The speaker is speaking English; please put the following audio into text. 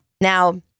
Now